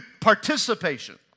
participation